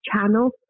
channel